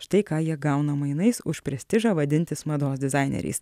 štai ką jie gauna mainais už prestižą vadintis mados dizaineriais